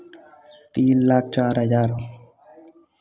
तीन लाख चार हज़ार